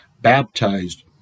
baptized